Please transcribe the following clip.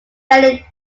many